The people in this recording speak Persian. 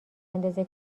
اندازه